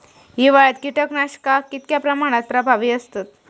हिवाळ्यात कीटकनाशका कीतक्या प्रमाणात प्रभावी असतत?